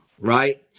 right